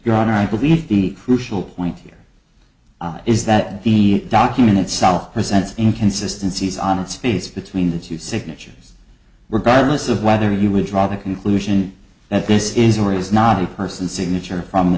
honor i believe the crucial point here is that the document itself presents inconsistency is on its face between the two signatures regardless of whether you would draw the conclusion that this is or is not a person signature from